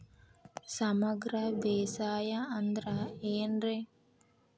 ಸಮಗ್ರ ಬೇಸಾಯ ಅಂದ್ರ ಏನ್ ರೇ?